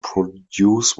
produce